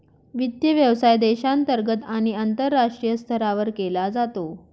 वित्त व्यवसाय देशांतर्गत आणि आंतरराष्ट्रीय स्तरावर केला जातो